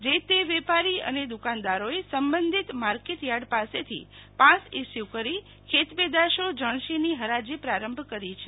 જે તે વેપારી અને દ્વકાનદારોએ સંબંધિત માર્કેટયાર્ડ પાસેથી પાસ ઈસ્યુ કરી ખેતપેદાશો જણશીની હરાજી પ્રારંભ કરી છે